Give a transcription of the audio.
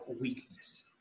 weakness